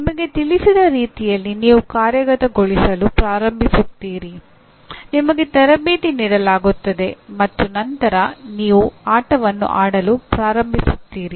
ನಿಮಗೆ ತಿಳಿಸಿದ ರೀತಿಯಲ್ಲಿ ನೀವು ಕಾರ್ಯಗತಗೊಳಿಸಲು ಪ್ರಾರಂಭಿಸುತ್ತೀರಿ ನಿಮಗೆ ತರಬೇತಿ ನೀಡಲಾಗುತ್ತದೆ ಮತ್ತು ನಂತರ ನೀವು ಆಟವನ್ನು ಆಡಲು ಪ್ರಾರಂಭಿಸುತ್ತೀರಿ